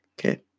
Okay